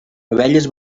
abelles